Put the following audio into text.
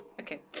okay